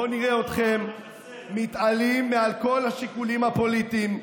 בואו נראה אתכם מתעלים מעל כל השיקולים הפוליטיים,